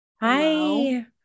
Hi